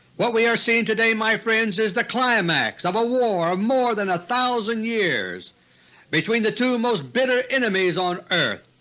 what we are seeing today, my friends, is the climax of a war of more than a thousand years between the two most bitter enemies on earth.